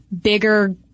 bigger